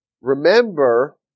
remember